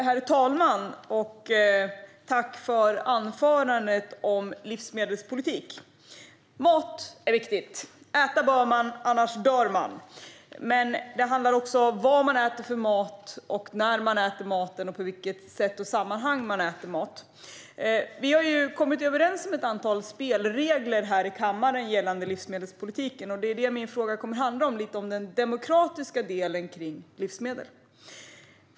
Herr talman! Jag tackar för anförandet om livsmedelspolitik. Mat är viktigt. Äta bör man, annars dör man. Men det handlar också om vad man äter för mat, när man äter och på vilket sätt och i vilket sammanhang man äter mat. Vi har ju kommit överens om ett antal spelregler här i kammaren gällande livsmedelspolitiken, och min fråga handlar lite om den demokratiska delen kring livsmedel.